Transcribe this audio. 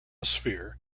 sphere